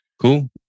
Cool